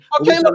Okay